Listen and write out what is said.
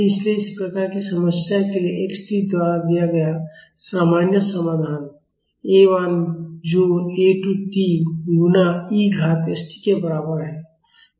इसलिए इस प्रकार की समस्याओं के लिए x t द्वारा दिया गया सामान्य समाधान A 1 जोड़ A 2 t गुणा e घात st के बराबर है